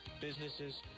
businesses